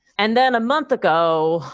and then a month ago,